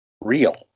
real